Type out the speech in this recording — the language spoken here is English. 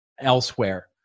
elsewhere